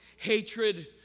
Hatred